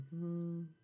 -hmm